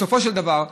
בסופו של דבר,